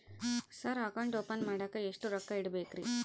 Sir account open ಮಾಡಾಕ ಎಷ್ಟು ರೊಕ್ಕ ಇಡಬೇಕ್ರಿ?